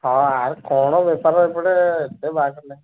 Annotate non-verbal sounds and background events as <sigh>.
ହଁ ଆର୍ କ'ଣ ବେପାର ଏପଟେ ସେ <unintelligible>